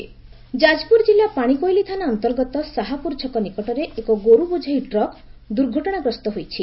ଗୋର୍ ବୋଝେଇ ଟ୍ରକ୍ ଯାଜପୁର ଜିଲ୍ଲା ପାଣିକୋଇଲି ଥାନା ଅନ୍ତର୍ଗତ ଶାହାପୁର ଛକ ନିକଟରେ ଏକ ଗୋରୁ ବୋଝେଇ ଟ୍ରକ୍ ଦୂର୍ଘଟଣାଗ୍ରସ୍ଠ ହୋଇଛି